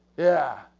yeah,